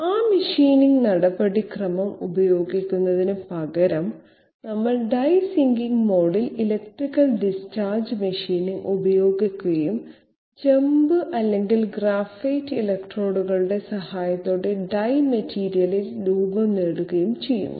ആ മെഷീനിംഗ് നടപടിക്രമം ഉപയോഗിക്കുന്നതിനുപകരം നമ്മൾ ഡൈ സിങ്കിംഗ് മോഡിൽ ഇലക്ട്രിക്കൽ ഡിസ്ചാർജ് മെഷീനിംഗ് ഉപയോഗിക്കുകയും ചെമ്പ് അല്ലെങ്കിൽ ഗ്രാഫൈറ്റ് ഇലക്ട്രോഡുകളുടെ സഹായത്തോടെ ഡൈ മെറ്റീരിയലിൽ രൂപം നേടുകയും ചെയ്യുന്നു